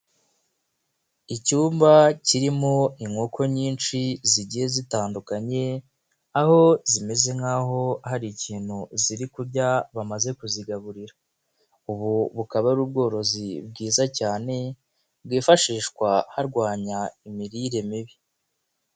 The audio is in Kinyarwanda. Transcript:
Icyumba kirimo inkoko nyinshi zigiye zitandukanye aho zimeze nkaho hari ikintu ziri kurya bamaze kuzigaburira, ubu bukaba ari ubworozi bwiza cyane bwifashishwa harwanya imirire mibi.